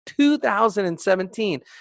2017